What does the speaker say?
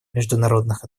международных